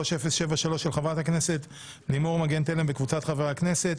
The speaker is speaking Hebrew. פ/3073/24 של חברת הכנסת לימור מגן תלם וקבוצת חברי הכנסת.